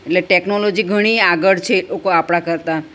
એટલે ટેક્નોલોજી ઘણી આગળ છે હું કહુ આપણા કરતા